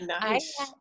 Nice